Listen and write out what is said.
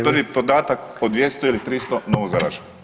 Prvi podatak [[Upadica: Vrijeme.]] o 200 ili 300 novozaraženih.